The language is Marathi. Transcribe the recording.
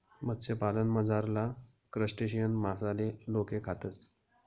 मत्स्यपालनमझारला क्रस्टेशियन मासाले लोके खातस